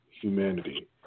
Humanity